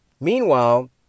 Meanwhile